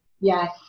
Yes